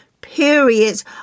periods